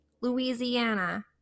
Louisiana